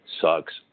Sucks